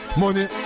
money